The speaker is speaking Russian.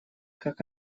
как